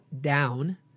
down